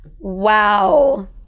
Wow